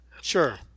Sure